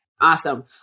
Awesome